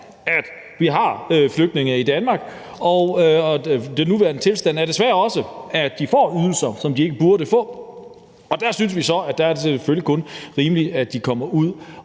at vi har flygtninge i Danmark, og at den nuværende tilstand desværre også er, at de får ydelser, som de ikke burde få, og der synes vi så, at det selvfølgelig kun er rimeligt, at de kommer ud